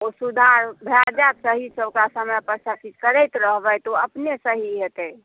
ओ सुधार भय जाएत सहीसँ ओकरा समय पर सभ चीज करैत रहबै तऽ ओ अपने सही हैतै